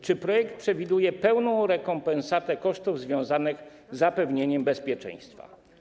Czy projekt przewiduje pełną rekompensatę kosztów związanych z zapewnieniem bezpieczeństwa?